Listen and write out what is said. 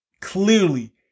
Clearly